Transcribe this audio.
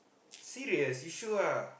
serious you sure ah